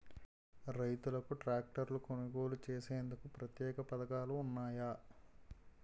రైతులకు ట్రాక్టర్లు కొనుగోలు చేసేందుకు ప్రత్యేక పథకాలు ఉన్నాయా?